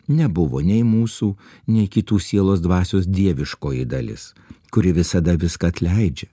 nebuvo nei mūsų nei kitų sielos dvasios dieviškoji dalis kuri visada viską atleidžia